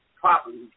properly